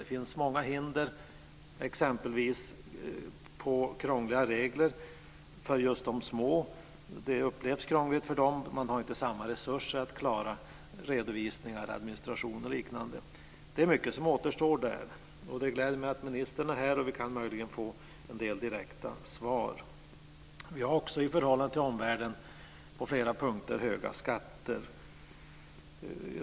Det finns många hinder, exempelvis krångliga regler för just de små. Det upplevs krångligt för dem. Man har inte samma resurser att klara redovisningar, administration och liknande. Det är mycket som återstår där. Det gläder mig att ministern är här. Vi kan möjligen få en del direkta svar. Vi har också i förhållande till omvärlden höga skatter på flera punkter.